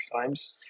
Times